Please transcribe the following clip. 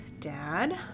Dad